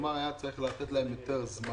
כלומר היה צריך לתת להם יותר זמן